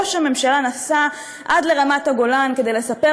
ראש הממשלה נסע עד לרמת הגולן כדי לספר